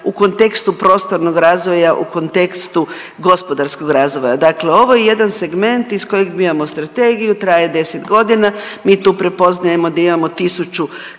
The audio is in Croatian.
u kontekstu prostornog razvoja, u kontekstu gospodarskog razvoja. Dakle, ovo je jedan segment iz kojeg mi imamo strategiju, traje 10 godina mi tu prepoznajemo da imamo tisuću